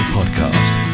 Podcast